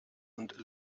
und